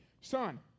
son